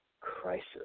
crisis